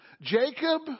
Jacob